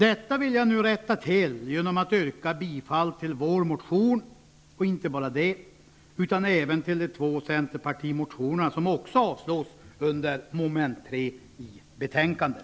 Detta vill jag nu rätta till genom att yrka bifall till vår motion, och inte bara till den, utan även till de två centerpartimotioner som likaledes avstyrkts under mom. 3 i betänkandet.